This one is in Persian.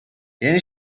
یعنی